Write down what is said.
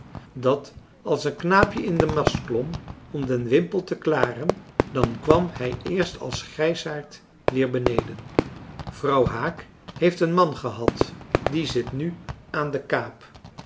dat als een knaapje in den mast klom om den wimpel te klaren dan kwam hij eerst als grijsaard weer beneden vrouw haak heeft een man gehad die zit nu aan de kaap